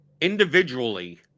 individually